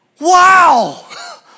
Wow